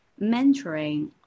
mentoring